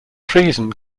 treason